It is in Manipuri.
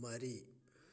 ꯃꯔꯤ